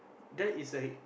that is like